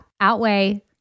Outweigh